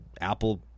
Apple